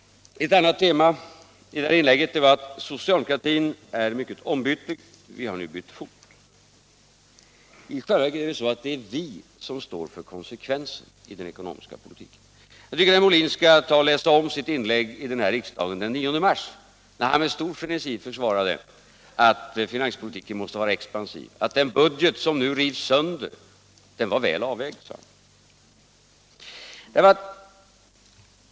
Ett annat tema i inlägget var att socialdemokratin är mycket ombytlig, att vi har bytt fot. I själva verket är det så att det är vi som står för konsekvensen i den ekonomiska politiken. Jag tycker att herr Molin skall läsa om sitt inlägg här i riksdagen den 9 mars, när han med stor frenesi försvarade att finanspolitiken måste vara expansiv; han sade då att den budget som nu rivs sönder var väl avvägd.